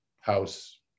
house